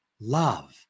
love